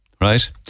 Right